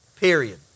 period